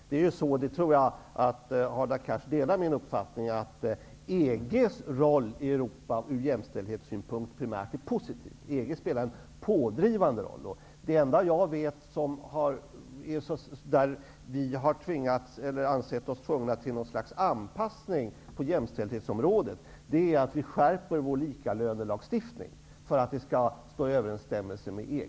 Jag tror att Hadar Cars delar min uppfattning att EG:s roll i Europa är positiv ur jämställdhetssynpunkt. EG spelar en pådrivande roll. Det enda fall jag känner till där vi har ansett oss tvungna till något slags anpassning på jämställdhetsområdet är en skärpning av vår likalönelagstiftning för att den skall stå i överensstämmelse med EG:s.